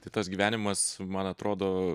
tai tas gyvenimas man atrodo